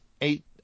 eight